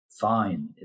fine